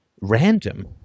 random